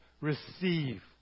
receive